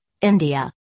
India